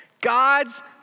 God's